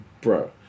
bro